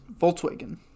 Volkswagen